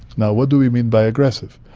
now, what do we mean by aggressive?